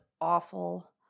awful